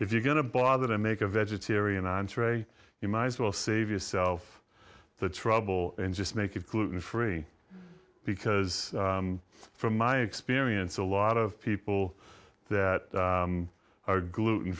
if you're going to blog or to make a vegetarian entree you might as well save yourself the trouble and just make it gluten free because from my experience a lot of people that are gluten